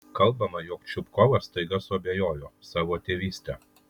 kalbama jog čupkovas staiga suabejojo savo tėvyste